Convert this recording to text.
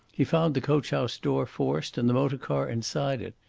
he found the coach-house door forced and the motor-car inside it.